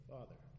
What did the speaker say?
Father